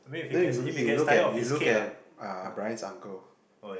then you if you were me you look at you look at uh Bryan's uncle